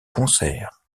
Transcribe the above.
concert